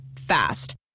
fast